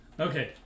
Okay